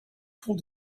told